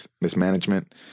mismanagement